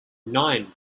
nine